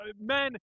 men